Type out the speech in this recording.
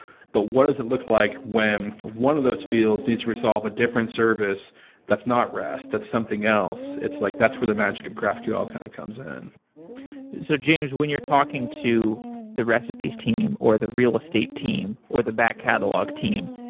but what is it look like when one of those fields needs to resolve a different service that's not rest, that's something else? it's like, that's the magic of graphql kind of comes in so james, when you're talking to the recipes team or the real estate team or the back catalogue team,